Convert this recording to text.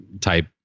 type